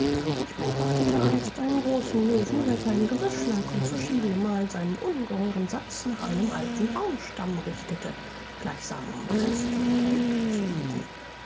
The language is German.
ich beobachtete einst einen großen löwen welcher im gebüsch lag und verschiedene mal seinen ungeheuren satz nach einem alten baumstamm richtete gleichsam um kräfte und blick zu üben